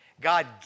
God